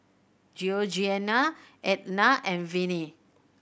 Georgeanna Ednah and Viney